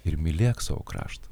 ir mylėk savo kraštą